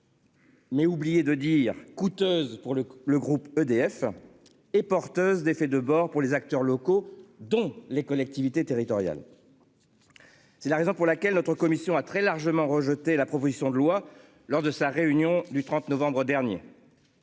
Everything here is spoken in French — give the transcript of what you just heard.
Mais oublié de dire coûteuse pour le le groupe EDF et porteuse d'effets de bord pour les acteurs locaux dont les collectivités territoriales. C'est la raison pour laquelle notre commission a très largement rejeté la proposition de loi lors de sa réunion du 30 novembre dernier.--